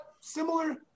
similar